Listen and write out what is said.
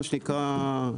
מה שנקרא,